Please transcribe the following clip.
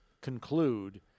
conclude